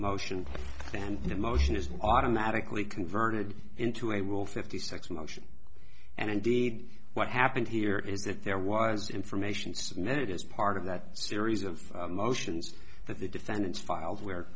motion and emotion is automatically converted into a rule fifty six motion and indeed what happened here is that there was information submitted as part of that series of motions that the defendants filed where